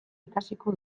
ikasiko